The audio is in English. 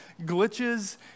glitches